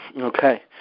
Okay